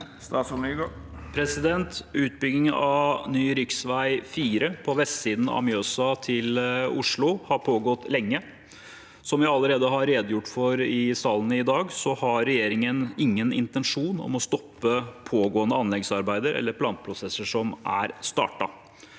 Utbygging av ny rv. 4 på vestsiden av Mjøsa til Oslo har pågått lenge. Som jeg allerede har redegjort for i salen i dag, har regjeringen ingen intensjon om å stoppe pågående anleggsarbeider eller planprosesser som er startet.